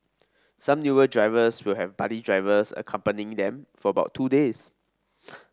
some newer drivers will have buddy drivers accompanying them for about two days